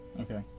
Okay